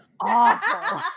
Awful